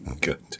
Good